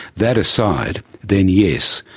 that aside, then yes,